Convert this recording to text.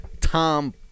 tom